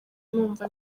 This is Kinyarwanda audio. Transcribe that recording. numva